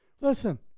Listen